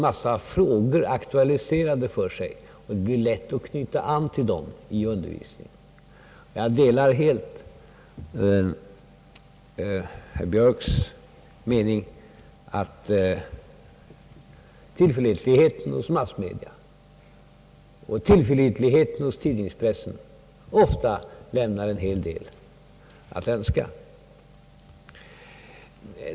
Massmedia aktualiserar en mängd frågor, och det blir lätt att i undervisningen knyta an till dem. Jag instämmer helt i herr Björks mening att tillförlitligheten hos massmedia och tidningspressen ofta lämnar en hel del Övrigt att önska.